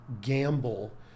gamble